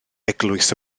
eglwys